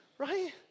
right